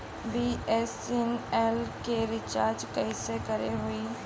BSNL के recharge कैसे होयी?